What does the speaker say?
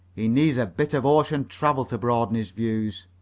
he needs a bit of ocean travel to broaden his views.